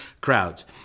crowds